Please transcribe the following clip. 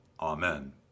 Amen